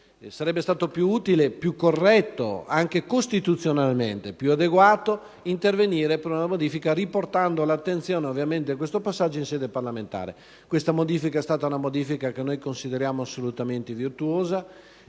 sarebbe stato più utile, più corretto ed anche costituzionalmente più adeguato intervenire per una modifica, riportando l'attenzione a questo passaggio in sede parlamentare. Si tratta pertanto di una modifica che noi consideriamo assolutamente virtuosa,